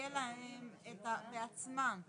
או משהו בסגנון הזה,